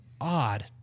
odd